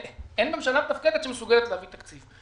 אין ממשלה מתפקדת שמסוגלת להביא תקציב.